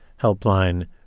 helpline